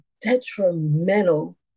detrimental